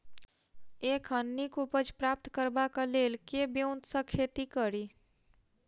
एखन नीक उपज प्राप्त करबाक लेल केँ ब्योंत सऽ खेती कड़ी?